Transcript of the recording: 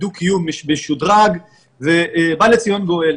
דו הקיום משודרג ובא לציון גואל.